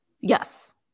yes